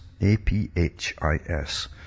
A-P-H-I-S